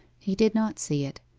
he did not see it,